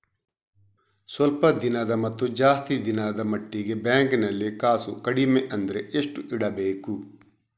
ಸ್ವಲ್ಪ ದಿನದ ಮತ್ತು ಜಾಸ್ತಿ ದಿನದ ಮಟ್ಟಿಗೆ ಬ್ಯಾಂಕ್ ನಲ್ಲಿ ಕಾಸು ಕಡಿಮೆ ಅಂದ್ರೆ ಎಷ್ಟು ಇಡಬೇಕು?